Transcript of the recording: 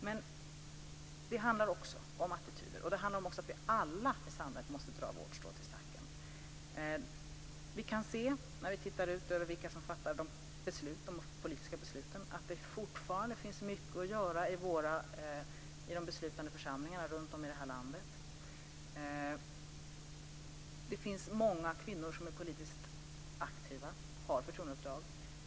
Men det handlar också om attityder och om att alla vi i samhället måste dra vårt strå till stacken. När vi ser på vilka som fattar de politiska besluten kan vi se att det fortfarande finns mycket att göra i de beslutande församlingarna runtom i landet. Det finns många kvinnor som är politiskt aktiva och har förtroendeuppdrag.